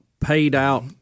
paid-out